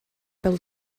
bêl